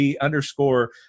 underscore